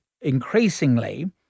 increasingly